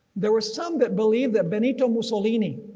there were some that believe that benito mussolini